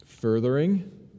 Furthering